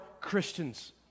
Christians